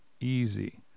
easy